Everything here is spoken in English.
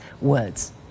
words